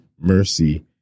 mercy